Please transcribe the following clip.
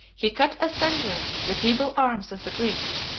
he cut asunder the feeble arms of the greeks,